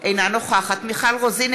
אינה נוכחת מיכל רוזין,